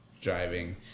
driving